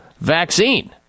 vaccine